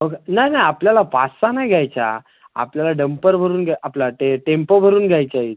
ओ बघा नाही नाही आपल्याला पाच सहा नाही घ्यायच्या आपल्याला डंपर भरून ग्या आपला ते टेम्पो भरून घ्यायच्या आहेत